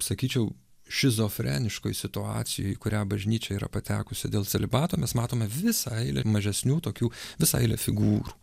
sakyčiau šizofreniškoj situacijoj į kurią bažnyčia yra patekusi dėl celibato mes matome visą eilę mažesnių tokių visą eilę figūrų